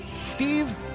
Steve